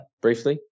briefly